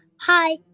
Hi